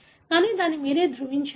కానీ మీరు ధృవీకరించాలి